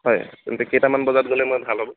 হয় তেন্তে কেইটামান বজাত গ'লে মই ভাল হ'ব